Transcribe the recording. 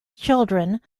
children